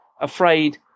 afraid